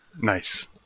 Nice